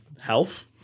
health